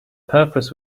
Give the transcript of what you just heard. purpose